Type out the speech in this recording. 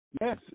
Yes